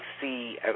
see